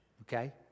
okay